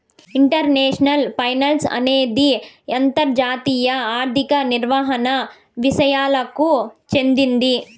international finance అనేది అంతర్జాతీయ ఆర్థిక నిర్వహణ విసయాలకు చెందింది